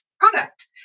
product